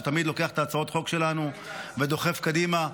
שתמיד לוקח את הצעות החוק שלנו ודוחף קדימה.